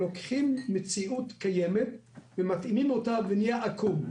לוקחים מציאות קיימת ומתאימים אותה ונהיה עקום.